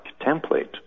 template